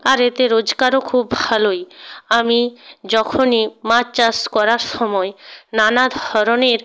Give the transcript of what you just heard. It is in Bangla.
আর এতে রোজগারও খুব ভালোই আমি যখনই মাছ চাষ করার সময় নানা ধরনের